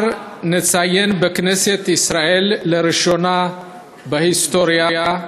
מחר נציין בכנסת ישראל, לראשונה בהיסטוריה,